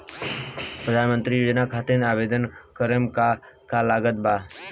प्रधानमंत्री योजना खातिर आवेदन करम का का लागत बा?